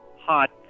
hot